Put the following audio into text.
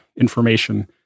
information